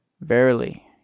verily